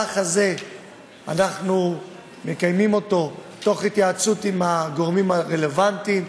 אנחנו מקיימים את המהלך הזה בהתייעצות עם הגורמים הרלוונטיים,